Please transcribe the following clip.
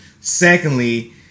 Secondly